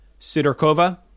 Sidorkova